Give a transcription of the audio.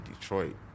Detroit